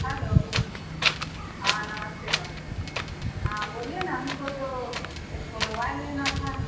hello हाँ नमस्ते नमस्ते हाँ बोलिए ना हमको तो एक ठो मोबाइल लेना था